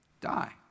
die